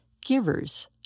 givers